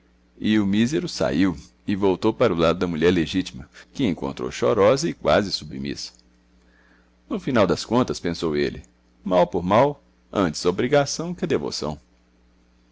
o mísero saiu e voltou para o lado da mulher legítima que encontrou chorosa e quase submissa no final das contas pensou ele mal por mal antes a obrigação que a devoção